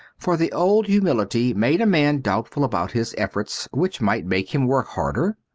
for the old humility made a man doubtful about his efforts, which might make him work harder.